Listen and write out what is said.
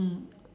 mm